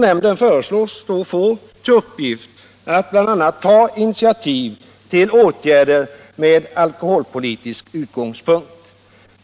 Nämnden föreslås få till uppgift att bl.a. ta initiativ till åtgärder med alkoholpolitisk utgångspunkt.